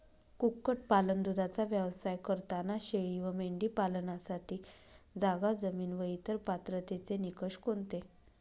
कुक्कुटपालन, दूधाचा व्यवसाय करताना शेळी व मेंढी पालनासाठी जागा, जमीन व इतर पात्रतेचे निकष कोणते?